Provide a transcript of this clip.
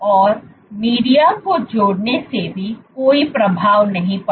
और मीडिया को जोड़ने से भी कोई प्रभाव नहीं पड़ा